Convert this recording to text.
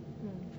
mm